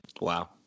Wow